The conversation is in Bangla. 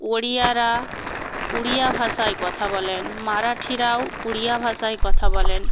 ওড়িয়ারা উড়িয়া ভাষায় কথা বলেন মারাঠিরাও উড়িয়া ভাষায় কথা বলেন